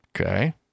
Okay